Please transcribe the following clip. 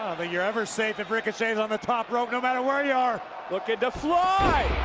you're ever safe if ricochet's on the top rope, no matter where you are. looking to fly!